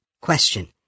Question